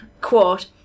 quote